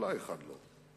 אולי אחד לא,